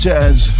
Jazz